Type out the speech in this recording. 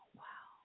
wow